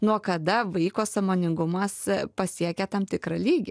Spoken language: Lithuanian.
nuo kada vaiko sąmoningumas pasiekia tam tikrą lygį